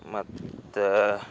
ಮತ್ತು